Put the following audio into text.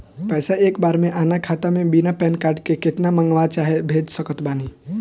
पैसा एक बार मे आना खाता मे बिना पैन कार्ड के केतना मँगवा चाहे भेज सकत बानी?